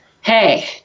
hey